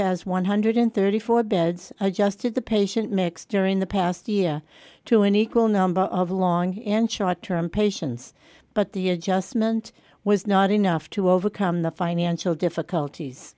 has one hundred and thirty four beds adjusted the patient mix during the past year to an equal number of long and short term patients but the adjustment was not enough to overcome the financial difficulties